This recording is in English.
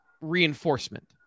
reinforcement